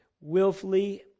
willfully